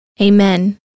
Amen